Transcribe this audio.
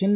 N